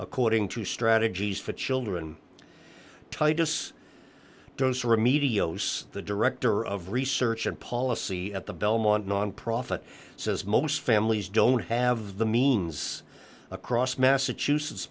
according to strategies for children titus dos remedios the director of research and policy at the belmont nonprofit says most families don't have the means across massachusetts